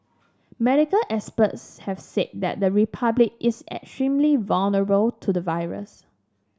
medical experts have said that the Republic is extremely vulnerable to the virus